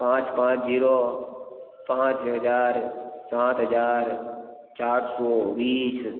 पाँच पाँच जीरो पाँच हजार सात हजार चार सौ बीस